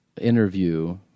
interview